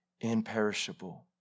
imperishable